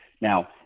now